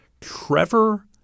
Trevor